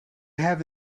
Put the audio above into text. have